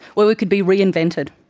where we could be re-invented,